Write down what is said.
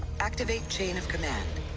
activate chain of command